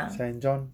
saint john